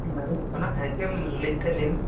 ᱟᱡᱚᱢᱚᱜ ᱠᱟᱱᱟ ᱦᱮᱸ ᱪᱮᱫ ᱮᱢ ᱞᱟᱹᱜᱮᱫ ᱛᱟᱦᱮᱸᱱᱟ ᱞᱟᱹᱭ ᱢᱮ